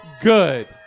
good